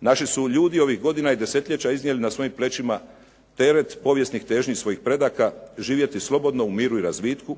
Naši su ljudi ovih godina i desetljeća iznijeli na svojim plećima teret povijesnih težnji svojih predaka živjeti slobodno u miru i razvitku,